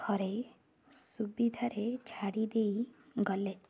ଘରେ ସୁବିଧାରେ ଛାଡ଼ିଦେଇ ଗଲେ